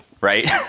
Right